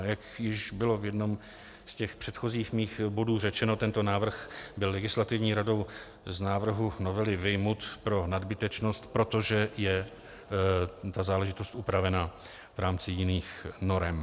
Jak již bylo v jednom z předchozích mých bodů řečeno, tento návrh byl Legislativní radou z návrhu novely vyjmut pro nadbytečnost, protože je ta záležitost upravena v rámci jiných norem.